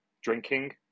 drinking